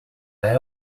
they